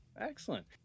excellent